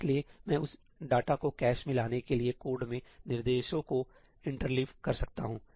इसलिए मैं उस डेटा को कैश में लाने के लिए कोड में निर्देशों को इंटरलेव कर सकता हूं